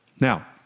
Now